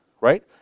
right